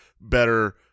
better